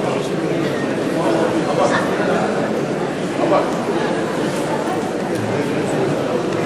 16:31 ונתחדשה בשעה 16:32.) אני מתכבד לחדש את הישיבה.